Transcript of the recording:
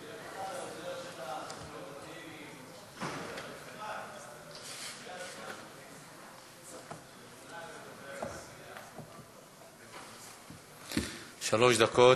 שלוש דקות.